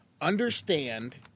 understand